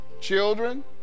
children